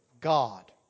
God